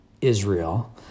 Israel